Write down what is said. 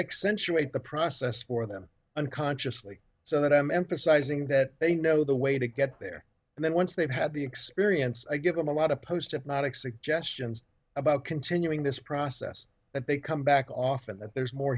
wait the process for them unconsciously so that i'm emphasizing that they know the way to get there and then once they've had the experience i give them a lot of post hypnotic suggestions about continuing this process that they come back off and that there's more